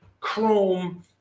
Chrome